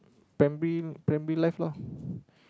primary primary life loh